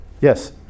Yes